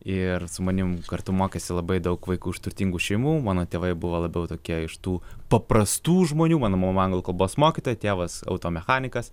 ir su manim kartu mokėsi labai daug vaikų iš turtingų šeimų mano tėvai buvo labiau tokie iš tų paprastų žmonių mano mama anglų kalbos mokytoja tėvas auto mechanikas